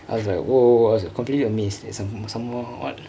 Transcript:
I was like !wow! I was completely amazed at some some some what